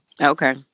Okay